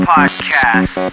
Podcast